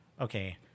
okay